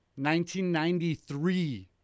1993